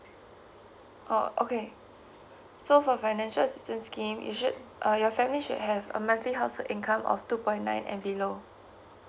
oh okay so for financial assistance scheme you should your family should have a monthly household income of two point nine and below